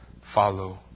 follow